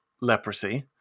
leprosy